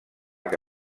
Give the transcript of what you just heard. que